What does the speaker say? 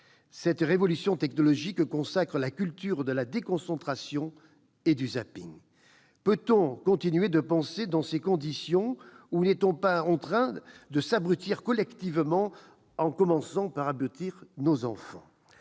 Cette révolution technologique consacre la culture de la déconcentration et du. Peut-on continuer à penser dans ces conditions ? Ne sommes-nous pas en train de nous abrutir collectivement, en commençant par abrutir nos enfants ?